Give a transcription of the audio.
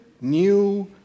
new